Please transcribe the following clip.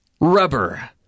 Rubber